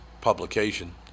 publication